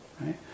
right